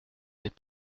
n’est